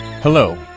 Hello